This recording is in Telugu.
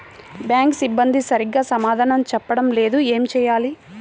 బ్యాంక్ సిబ్బంది సరిగ్గా సమాధానం చెప్పటం లేదు ఏం చెయ్యాలి?